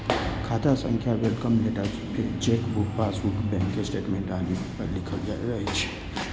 खाता संख्या welcome letter, chequebook, passbook, bank statement आदि पर लिखल रहै छै